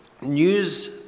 news